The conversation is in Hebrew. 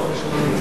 אני לא,